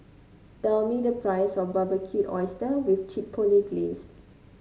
tell me the price of Barbecued Oysters with Chipotle Glaze